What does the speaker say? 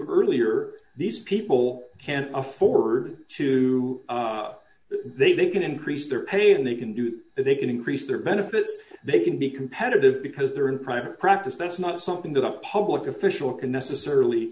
earlier these people can afford to they they can increase their pay and they can do that they can increase their benefits they can be competitive because they're in private practice that's not something that a public official can necessarily